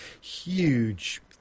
huge